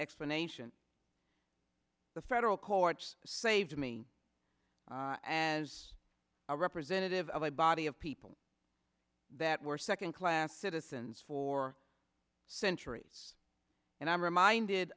explanation the federal courts saved me as a representative of a body of people that were second class citizens for centuries and i'm reminded